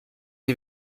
sie